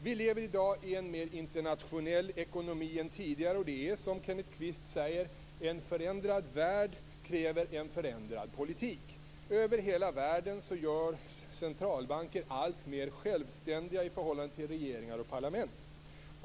Vi lever i dag i en mer internationell ekonomi än tidigare. Och det är så, som Kenneth Kvist säger, att en förändrad värld kräver en förändrad politik. Över hela världen görs centralbanker alltmer självständiga i förhållande till regeringar och parlament.